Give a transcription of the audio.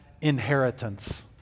inheritance